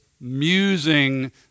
musing